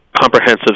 comprehensive